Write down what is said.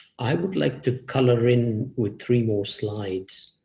i would like to color in with three more slides.